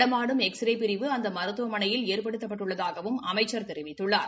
நடமாடும் எக்ஸ்ரே பிரிவு அந்த மருத்துவமனையில் ஏற்படுத்தப்பட்டுள்ளதாகவும் அமைச்சர் தெரிவித்துள்ளார்